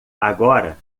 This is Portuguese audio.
agora